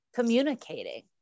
communicating